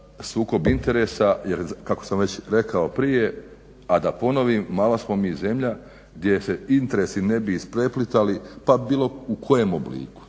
sukob interesa jer kako sam već rekao prije, a da ponovim, mala smo mi zemlja gdje se interesi ne bi ispreplitali pa bilo u kojem obliku,